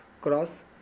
cross